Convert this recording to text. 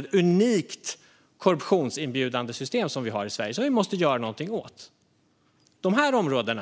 Det är ett unikt korruptionsinbjudande system vi har i Sverige, och det måste vi göra någonting åt. Dessa områden